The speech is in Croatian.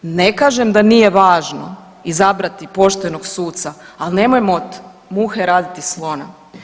Ne kažem da nije važno izabrati poštenog suca, ali nemojmo od muhe raditi slona.